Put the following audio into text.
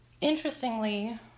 Interestingly